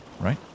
Right